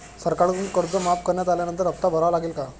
सरकारकडून कर्ज माफ करण्यात आल्यानंतर हप्ता भरावा लागेल का?